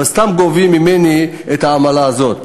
וסתם גובים ממני את העמלה הזאת.